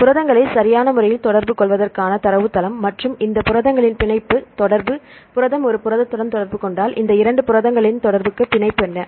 புரதங்களை சரியான முறையில் தொடர்புகொள்வதற்கான தரவுத்தளம் மற்றும் இந்த புரதங்களின் பிணைப்பு தொடர்பு புரதம் ஒரு புரதத்துடன் தொடர்பு கொண்டால் இந்த இரண்டு புரதங்களின் தொடர்புக்கு பிணைப்பு என்ன